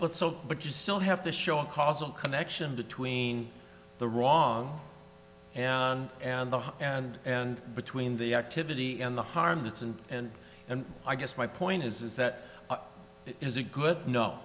that's so but you still have to show a causal connection between the wrong and the and and between the activity and the harm that's and and and i guess my point is that it is a good no